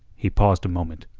he paused a moment.